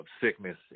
sickness